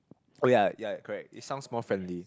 oh ya ya correct it sounds more friendly